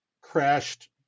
crashed